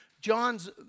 John's